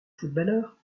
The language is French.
footballeur